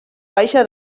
baixa